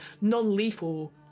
non-lethal